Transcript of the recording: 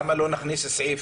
למה לא נכניס סעיף,